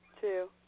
Two